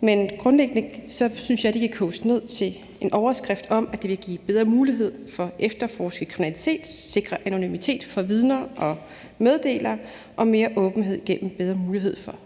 men grundlæggende synes jeg, de kan koges ned til en overskrift om, at det vil give bedre mulighed for at efterforske kriminalitet og sikre anonymitet for vidner og meddelere og mere åbenhed gennem bedre mulighed for